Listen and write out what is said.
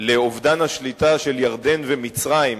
לאובדן השליטה של ירדן ומצרים,